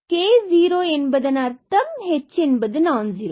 எனவே k0 என்பதன் அர்த்தம் h நான் ஜீரோ